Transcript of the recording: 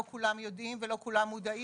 לא כולם יודעים ולא כולם מודעים.